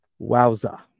wowza